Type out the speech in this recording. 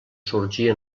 sorgir